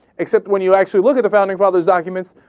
except when you actually look at the founding fathers' documents,